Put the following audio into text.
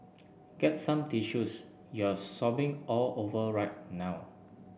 get some tissues you're sobbing all over right now